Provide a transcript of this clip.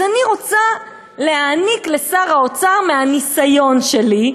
אז אני רוצה להעניק לשר האוצר מהניסיון שלי,